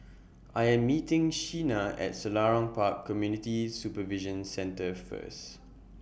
I Am meeting Sheena At Selarang Park Community Supervision Centre First